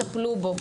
טפלו בו.